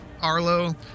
arlo